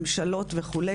ממשלות וכו',